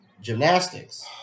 gymnastics